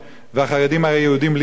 והחרדים הרי יהודים בלי נשק,